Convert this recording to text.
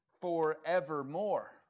forevermore